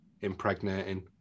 impregnating